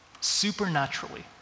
supernaturally